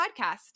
podcast